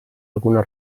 alguna